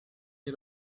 nie